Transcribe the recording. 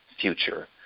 future